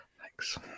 Thanks